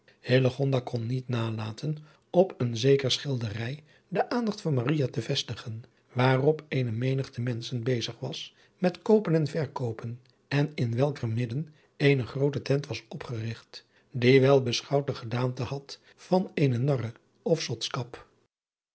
kon niet nalaten op een adriaan loosjes pzn het leven van hillegonda buisman zekere schilderij de aandacht van maria te vestigen waarop eene menigte menschen bezig was met koopen en verkoopen en in welker midden eene groote tent was opgerigt die wel beschouwd de gedaante had van eene narre